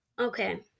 Okay